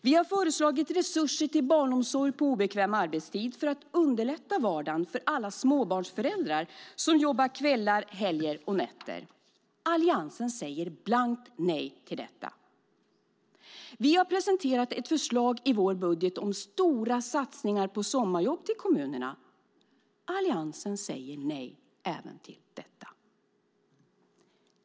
Vi har föreslagit förstärkta resurser till barnomsorg på obekväm arbetstid för att underlätta vardagen för alla småbarnsföräldrar som jobbar kvällar, helger och nätter. Alliansen säger blankt nej till detta. Vi har i vår budget presenterat ett förslag om stora satsningar på sommarjobb i kommunerna. Alliansen säger nej även till detta.